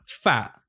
fat